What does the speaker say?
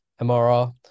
MRR